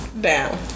down